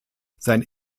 sein